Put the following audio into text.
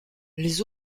les